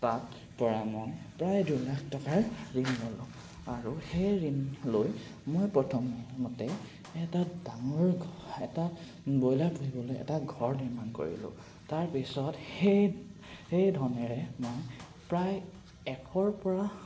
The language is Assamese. তাত পৰা মই প্ৰায় দুই লাখ টকাৰ ঋণ ল'লোঁ আৰু সেই ঋণ লৈ মই প্ৰথমতে এটা ডাঙৰ ঘ এটা ব্ৰইলাৰ পুহিবলৈ এটা ঘৰ নিৰ্মাণ কৰিলোঁ তাৰপিছত সেই সেই ধনেৰে মই প্ৰায় এশৰ পৰা